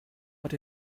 but